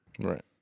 Right